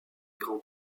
grands